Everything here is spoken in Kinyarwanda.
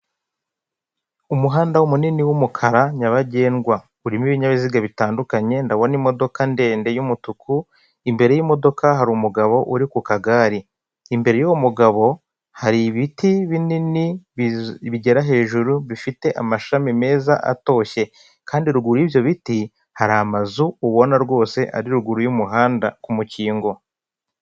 Umuhanda munini w'umukara nyabagendwa, urimo ibinyabiziga bitandukanye, ndabona imodoka ndende y'umutuku, imbere y'imodoka hari umugabo uri ku kagare, imbere y'uwo mugabo hari ibiti binini bigera hejuru bifite amashami meza atoshye kandi ruguru y'ibyo biti hari amazu ubona rwose ari ruguru y'umuhanda ku mukingo.